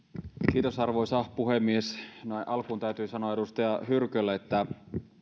arvoisa puhemies näin alkuun täytyy sanoa edustaja hyrkölle että